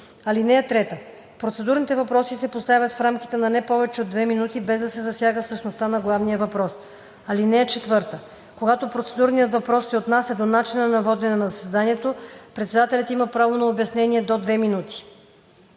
гласуването. (3) Процедурните въпроси се поставят в рамките на не повече от 2 минути, без да се засяга същността на главния въпрос. (4) Когато процедурният въпрос се отнася до начина на водене на заседанието, председателят има право на обяснение до 2 минути.“